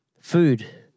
Food